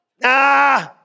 Nah